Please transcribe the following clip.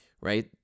right